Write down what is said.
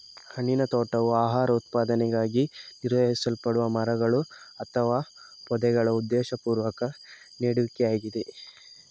ಹಣ್ಣಿನ ತೋಟವು ಆಹಾರ ಉತ್ಪಾದನೆಗಾಗಿ ನಿರ್ವಹಿಸಲ್ಪಡುವ ಮರಗಳು ಅಥವಾ ಪೊದೆಗಳ ಉದ್ದೇಶಪೂರ್ವಕ ನೆಡುವಿಕೆಯಾಗಿದೆ